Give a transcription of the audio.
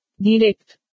Direct